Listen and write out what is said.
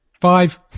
Five